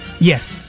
Yes